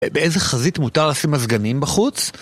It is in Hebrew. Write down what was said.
באיזה חזית מותר לשים מזגנים בחוץ?